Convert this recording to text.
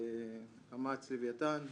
לאמץ לויתן,